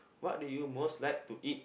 what do you most like to eat